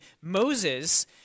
Moses